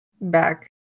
back